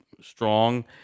strong